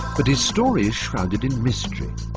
but his story is shrouded in mystery,